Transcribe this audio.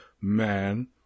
man